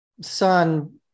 son